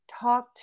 talk